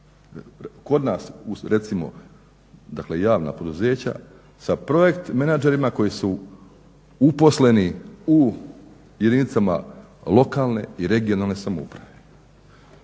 kod nas recimo dakle javna poduzeća, sa projekt menadžerima koji su uposleni u jedinicama lokalne i regionalne samouprave.